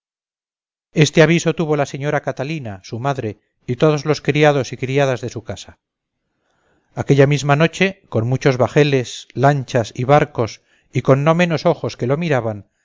este aviso tuvo la señora catalina su madre y todos los criados y criadas de su casa aquella misma noche con muchos bajeles lanchas y barcos y con no menos ojos que lo miraban